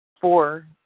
Four